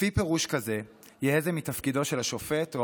לפי פירוש כזה יהא זה מתפקידו של השופט או